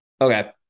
Okay